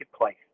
place